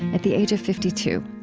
at the age of fifty two.